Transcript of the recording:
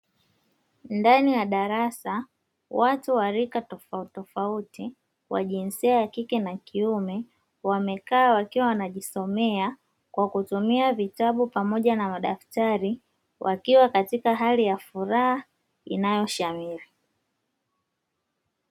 Ndani ya darasa, watu wa rika tofauti tofauti wa jinsia ya kike na kiume, wamekaa wakiwa wanajisomea kwa kutumia vitabu pamoja na madaftari, wakiwa katika hali ya furaha inayoshamiri .